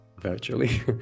virtually